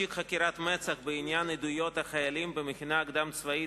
תיק חקירת מצ"ח בעניין עדויות החיילים במכינה הקדם-צבאית